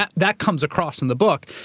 that that comes across in the book.